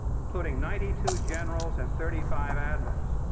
including ninety two generals and thirty five admirals.